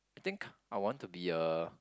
I think I want to be a